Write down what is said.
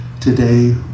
Today